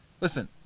Listen